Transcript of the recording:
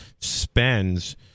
spends